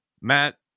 Matt